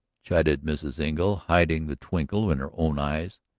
chided mrs. engle, hiding the twinkle in her own eyes.